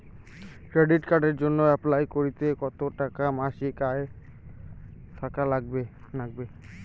Credit কার্ডের জইন্যে apply করিতে কতো টাকা মাসিক আয় থাকা নাগবে?